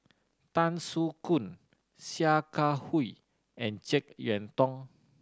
Tan Soo Khoon Sia Kah Hui and Jek Yeun Thong